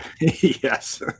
Yes